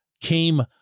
came